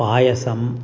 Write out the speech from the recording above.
पायसं